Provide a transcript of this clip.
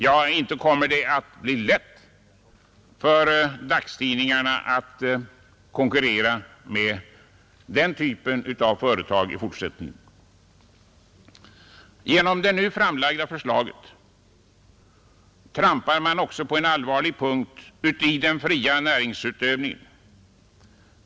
Ja, inte kommer det att bli lätt för dagstidningarna att konkurrera med den typen av företag i fortsättningen! Genom det nu framlagda förslaget trampar man också på en allvarlig punkt i den fria näringsutövningen.